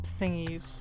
thingies